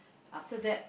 after that